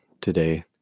today